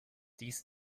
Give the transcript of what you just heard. dies